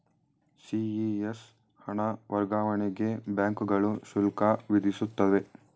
CES ಹಣ ವರ್ಗಾವಣೆಗೆ ಬ್ಯಾಂಕುಗಳು ಶುಲ್ಕ ವಿಧಿಸುತ್ತವೆ